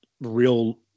real